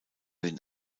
den